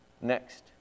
Next